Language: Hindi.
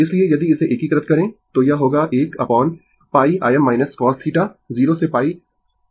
इसलिए यदि इसे एकीकृत करें तो यह होगा 1 अपोन π Im - cosθ 0 से π